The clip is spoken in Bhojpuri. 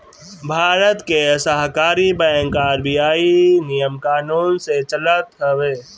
भारत के सहकारी बैंक आर.बी.आई नियम कानून से चलत हवे